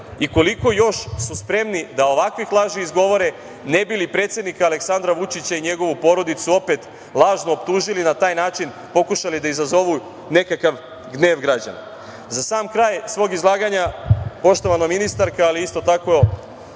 i koliko još su spremni da ovakvih laži izgovore ne bi li predsednika Aleksandra Vučića i njegovu porodicu opet lažno optužili i na taj način pokušali da izazovu nekakav gnev građana? Za sam kraj svog izlaganja, poštovana ministarka, ali isto tako,